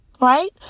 right